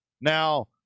Now